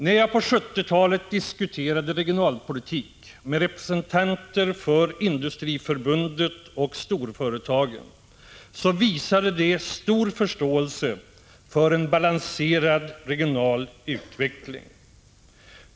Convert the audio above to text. När jag på 1970-talet diskuterade regionalpolitik med representanter för Industriförbundet och storföretagen visade de stor förståelse för en balanserad regional utveckling.